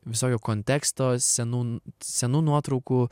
visokio konteksto senų senų nuotraukų